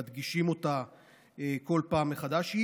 תודה.